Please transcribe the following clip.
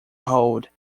hold